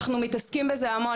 אנחנו מתעסקים בזה המון,